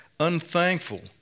unthankful